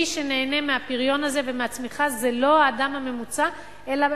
מי שנהנה מהפריון הזה ומהצמיחה זה לא האדם הממוצע אלא